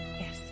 Yes